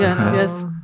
yes